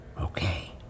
Okay